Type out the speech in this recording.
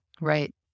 Right